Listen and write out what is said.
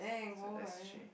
it's an ashtray